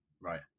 right